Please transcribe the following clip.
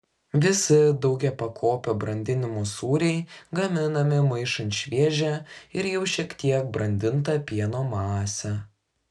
visi daugiapakopio brandinimo sūriai gaminami maišant šviežią ir jau šiek tiek brandintą pieno masę